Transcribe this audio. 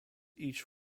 each